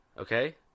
Okay